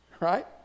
Right